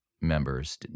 members